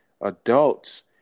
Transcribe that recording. adults